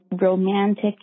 romantic